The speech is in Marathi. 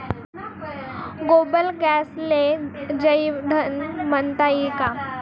गोबर गॅसले जैवईंधन म्हनता ई का?